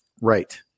Right